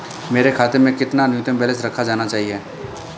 मेरे खाते में कितना न्यूनतम बैलेंस रखा जाना चाहिए?